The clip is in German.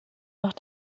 noch